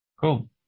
Cool